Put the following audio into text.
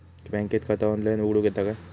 बँकेत खाता ऑनलाइन उघडूक येता काय?